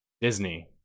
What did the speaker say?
Disney